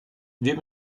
wird